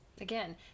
Again